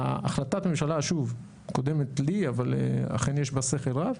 החלטת הממשלה הקודמת לי, אבל אכן יש בה שכל רב,